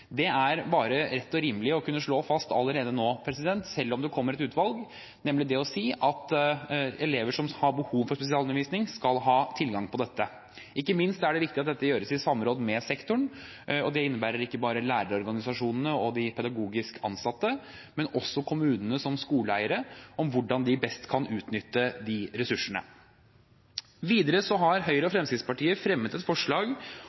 Det er bare rett og rimelig å slå fast allerede nå, selv om det kommer et utvalg, at elever som har behov for spesialundervisning, skal ha tilgang på dette. Ikke minst er det viktig at dette gjøres i samråd med sektoren – og ikke bare lærerorganisasjonene og de pedagogisk ansatte, men også kommunene som skoleeiere – hvordan de best kan utnytte de ressursene. Videre har Høyre og Fremskrittspartiet fremmet et forslag